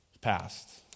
passed